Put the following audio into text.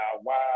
wow